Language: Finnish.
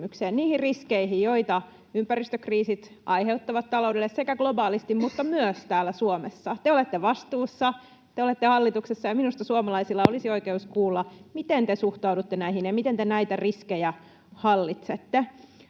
niihin riskeihin, joita ympäristökriisit aiheuttavat taloudelle sekä globaalisti että myös täällä Suomessa. Te olette vastuussa, te olette hallituksessa, ja minusta suomalaisilla olisi oikeus kuulla, miten te suhtaudutte näihin ja miten te näitä riskejä hallitsette.